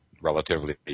relatively